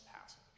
passage